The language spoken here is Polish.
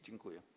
Dziękuję.